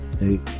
Eight